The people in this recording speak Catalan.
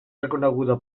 reconeguda